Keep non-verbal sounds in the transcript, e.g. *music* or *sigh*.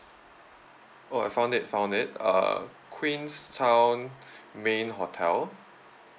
oh I found it found it uh queenstown *breath* main hotel